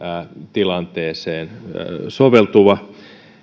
tilanteeseen soveltuva